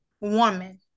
woman